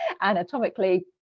anatomically